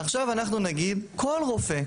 עכשיו אנחנו נגיד כל רופא,